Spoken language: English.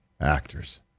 actors